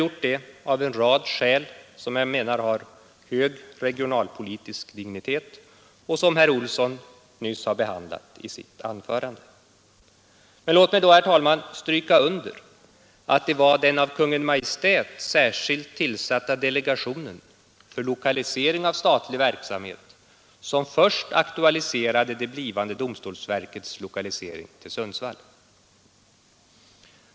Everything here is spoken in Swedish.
Men låt mig, herr talman, stryka under att det var den av Kungl. Maj:t särskilt tillsatta delegationen för lokalisering av statlig verksamhet som först aktualiserade det blivande domstolsverkets lokalisering till Sundsvall.